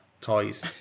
toys